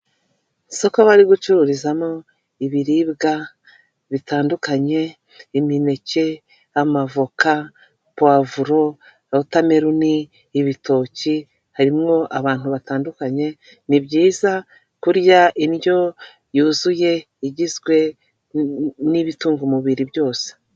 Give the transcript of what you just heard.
Isoko bari gucururizamo ibiribwa bitandukanye imineke, amavoka, powavuro, wotameloni, ibitoki, harimo abantu batandukanye, ni byiza kurya indyo yuzuye igizwe n'ibitunga umubiri byose.